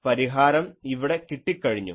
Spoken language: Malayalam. അതുകൊണ്ട് പരിഹാരം ഇവിടെ കിട്ടിക്കഴിഞ്ഞു